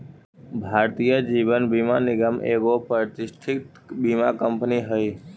भारतीय जीवन बीमा निगम एगो प्रतिष्ठित बीमा कंपनी हई